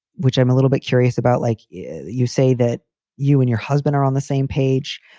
which i'm a little bit curious about. like you say that you and your husband are on the same page,